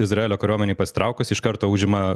izraelio kariuomenei pasitraukus iš karto užima